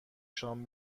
شام